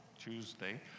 Tuesday